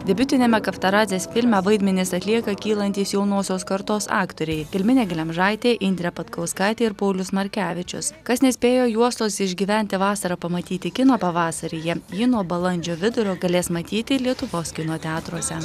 debiutiniame kavtarazės filme vaidmenis atlieka kylantys jaunosios kartos aktoriai gelminė glemžaitė indrė patkauskaitė ir paulius markevičius kas nespėjo juostos išgyventi vasarą pamatyti kino pavasaryje jį nuo balandžio vidurio galės matyti lietuvos kino teatruose